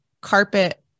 carpet